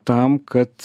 tam kad